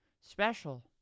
special